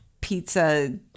pizza